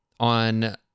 on